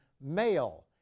male